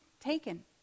taken